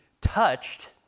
touched